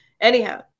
Anyhow